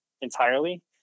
entirely